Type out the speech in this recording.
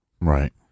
Right